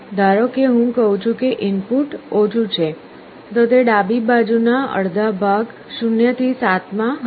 ધારો કે હું કહું છું કે ઇનપુટ ઓછું છે તો તે ડાબી બાજુ ના અડધા ભાગ 0 થી 7 માં હશે